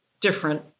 different